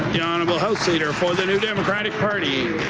the honourable house leader for the new democratic party.